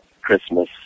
Christmas